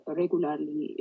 regularly